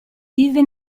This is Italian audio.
vive